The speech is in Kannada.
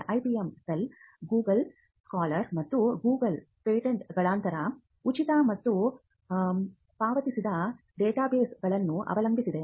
IPM ಸೆಲ್ ಗೂಗಲ್ ಸ್ಕಾಲರ್ ಮತ್ತು ಗೂಗಲ್ ಪೇಟೆಂಟ್ಗಳಂತಹ ಉಚಿತ ಮತ್ತು ಪಾವತಿಸಿದ ಡೇಟಾಬೇಸ್ಗಳನ್ನು ಅವಲಂಬಿಸಿದೆ